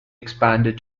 expanded